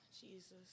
Jesus